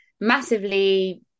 massively